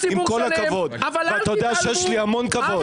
עם כל הכבוד ואתה יודע שיש לי המון כבוד.